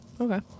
Okay